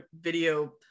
video